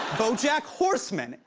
bojack horseman.